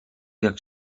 jak